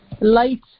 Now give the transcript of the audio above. light